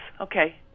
Okay